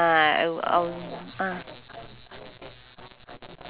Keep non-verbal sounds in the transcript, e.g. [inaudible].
[laughs] ah chong pang also ya ya ya quite cheap also [what]